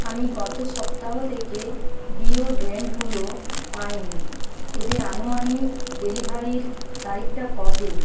আমি গত সপ্তাহ থেকে ডিওড্রেন্টগুলো পাইনি এদের আনুমানিক ডেলিভারির তারিখটা কবে